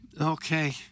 Okay